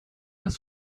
das